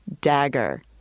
dagger